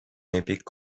olympiques